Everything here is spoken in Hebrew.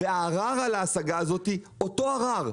וערר על ההשגה הזאת הוא אותו ערער,